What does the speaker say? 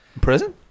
prison